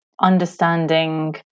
understanding